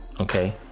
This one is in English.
Okay